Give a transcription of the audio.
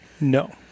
No